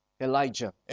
Elijah